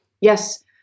Yes